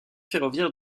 ferroviaire